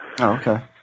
okay